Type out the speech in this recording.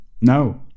no